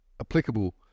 applicable